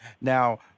Now—